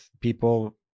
people